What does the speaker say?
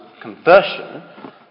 conversion